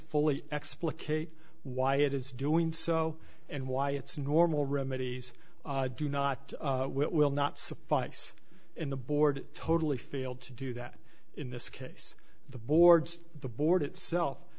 fully explicate why it is doing so and why its normal remedies do not will not suffice in the board totally failed to do that in this case the boards the board itself